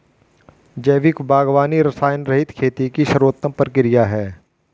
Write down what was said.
जैविक बागवानी रसायनरहित खेती की सर्वोत्तम प्रक्रिया है